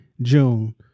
June